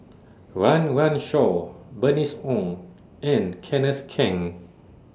Run Run Shaw Bernice Ong and Kenneth Keng